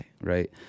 right